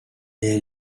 est